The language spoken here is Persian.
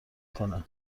کنه